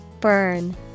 Burn